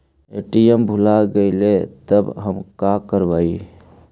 ATM भुला गेलय तब हम काकरवय?